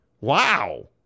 Wow